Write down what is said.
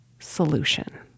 solution